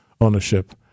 ownership